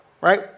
Right